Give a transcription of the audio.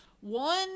one